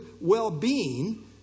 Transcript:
well-being